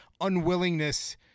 unwillingness